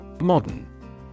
Modern